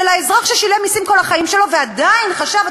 של האזרח ששילם מסים כל החיים שלו ועדיין חשב,